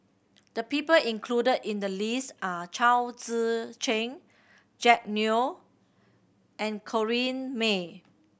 the people included in the list are Chao Tzee Cheng Jack Neo and Corrinne May